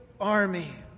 army